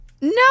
No